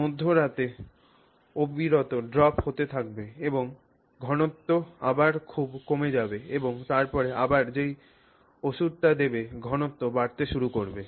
মধ্যরাতে অবিরত ড্রপ হতে থাকবে এবং ঘনত্ব আবারখুব কমে যাবে এবং তারপর আবার যেই ওষধটা দেবে ঘনত্ব বাড়তে শুরু করবে